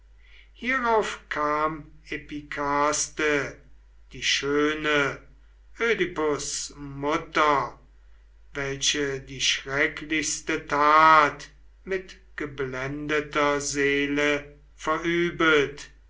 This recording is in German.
hierauf kam epikaste die schöne ödipus mutter welche die schrecklichste tat mit geblendeter seele verübet